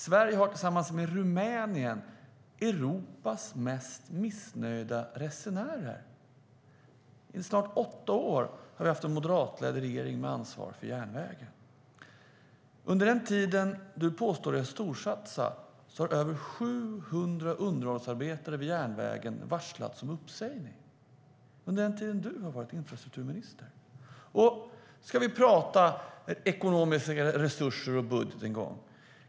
Sverige har tillsammans med Rumänien Europas mest missnöjda resenärer. I snart åtta år har vi haft en moderatledd regering med ansvar för järnvägen. Under den tid som du påstår dig ha storsatsat har över 700 underhållsarbetare vid järnvägen varslats om uppsägning. Det har skett under den tid som du har varit infrastrukturminister. Vi kan prata om ekonomiska resurser och om budget.